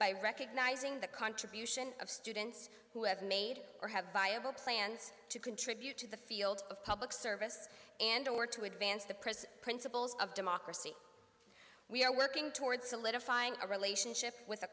by recognizing the contribution of students who have made or have viable plans to contribute to the field of public service and to work to advance the principles of democracy we are working toward solidifying a relationship with a